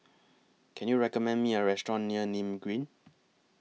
Can YOU recommend Me A Restaurant near Nim Green